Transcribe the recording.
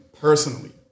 personally